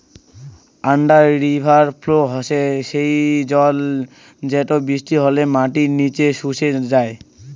under river flow হসে সেই জল যেটো বৃষ্টি হলে মাটির নিচে শুষে যাই